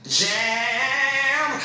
jam